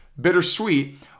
bittersweet